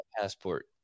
passport